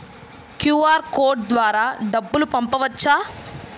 QR code ద్వారా డబ్బులు పంపవచ్చా?